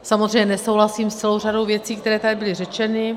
Samozřejmě nesouhlasím s celou řadou věcí, které tady byly řečeny.